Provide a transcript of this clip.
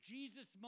Jesus